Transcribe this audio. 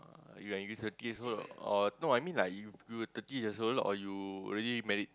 uh when you thirty years old or no I mean like you you thirty years old or you already married